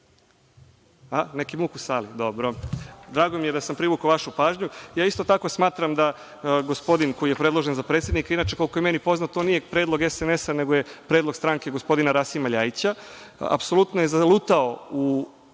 Neki muk u sali, dobro. Drago mi je da sam privukao vašu pažnju. Ja isto tako smatram da gospodin koji je predložen za predsednika, inače koliko je meni poznato on nije predlog SNS nego je predlog stranke gospodina Rasima LJajića, apsolutno je zalutao u